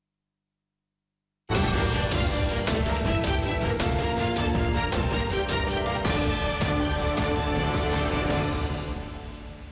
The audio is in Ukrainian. Дякую.